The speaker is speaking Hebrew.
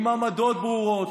עם עמדות ברורות,